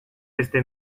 este